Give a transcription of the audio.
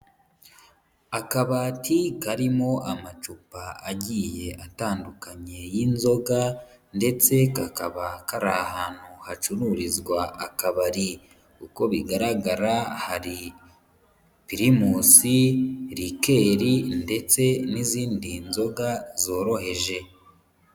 Akabati karimo amacupa agiye atandukanye y'inzoga ndetse kakaba kari ahantu hacururizwa akabari, uko bigaragara hari Primus, rikeri ndetse n'izindi nzoga zoroheje.